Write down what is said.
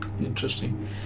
Interesting